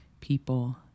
people